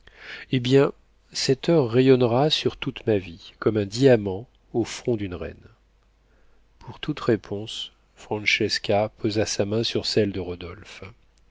hé bien cette heure rayonnera sur toute ma vie comme un diamant au front d'une reine pour toute réponse francesca posa sa main sur celle de